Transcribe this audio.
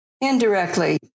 Indirectly